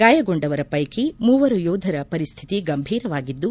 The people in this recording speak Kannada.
ಗಾಯಗೊಂಡವರ ಪೈಕಿ ಮೂವರು ಯೋಧರ ಪರಿಸ್ಥಿತಿ ಗಂಭೀರವಾಗಿದ್ದು